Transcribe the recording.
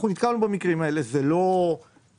אנחנו נתקלנו במקרים האלה; אלה לא כמויות